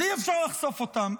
אז אי-אפשר לחשוף אותם,